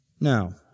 Now